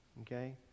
okay